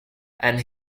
and